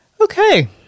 Okay